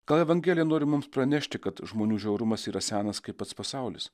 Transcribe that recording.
gal evangelija nori mums pranešti kad žmonių žiaurumas yra senas kaip pats pasaulis